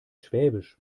schwäbisch